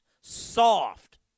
soft